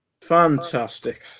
Fantastic